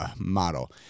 model